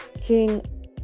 King